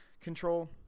control